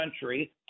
country